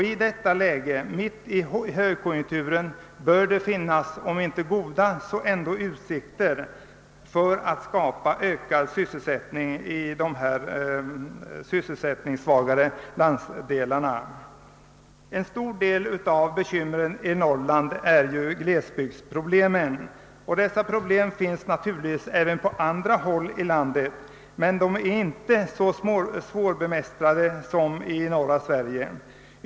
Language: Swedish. I detta läge, mitt i högkonjunkturen, bör det finnas utsikter — om också inte särskilt goda — att skapa ökade arbetstillfällen i de sysselsättningssvagare landsdelarna. En stor del av bekymren i Norrland utgörs av glesbygdsproblem. Dessa finns naturligtvis även på andra håll i landet, men de är där inte så svårbemästrade som i norra Sverige.